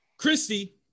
Christy